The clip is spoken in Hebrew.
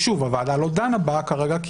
ששוב הוועדה לא דנה בה כרגע,